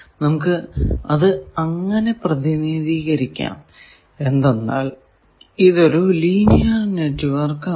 നമുക്ക് അത് അങ്ങനെ പ്രതിനിധീകരിക്കാം എന്തെന്നാൽ ഇതൊരു ലീനിയർ നെറ്റ്വർക്ക് ആണ്